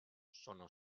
sono